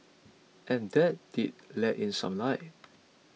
and that did let in some light